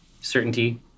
Certainty